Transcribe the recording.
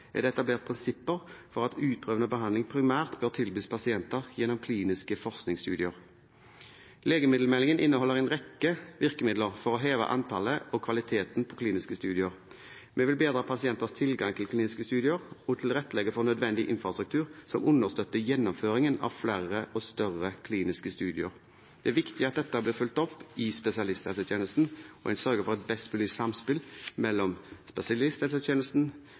det etablert prinsipper for at utprøvende behandling primært bør tilbys pasienter gjennom kliniske forskningsstudier. Legemiddelmeldingen inneholder en rekke virkemidler for å heve antallet og kvaliteten på kliniske studier. Vi vil bedre pasienters tilgang til kliniske studier og tilrettelegge for nødvendig infrastruktur som understøtter gjennomføringen av flere og større kliniske studier. Det er viktig at dette blir fulgt opp i spesialisthelsetjenesten, og at en sørger for et best mulig samspill mellom spesialisthelsetjenesten,